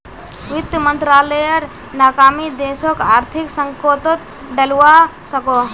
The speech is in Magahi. वित मंत्रालायेर नाकामी देशोक आर्थिक संकतोत डलवा सकोह